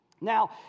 Now